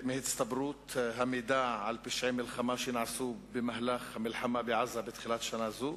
מהצטברות המידע על פשעי מלחמה שנעשו במהלך המלחמה בעזה בתחילת שנה זאת.